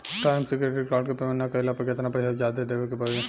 Time से credit card के payment ना कैला पर केतना पईसा जादे देवे के पड़ी?